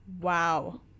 wow